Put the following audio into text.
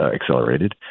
accelerated